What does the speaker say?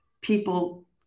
people